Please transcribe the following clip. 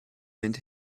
mynd